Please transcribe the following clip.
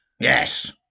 Yes